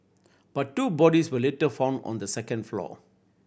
but two bodies were later found on the second floor